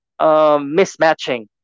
mismatching